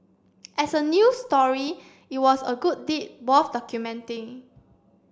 as a news story it was a good deed worth documenting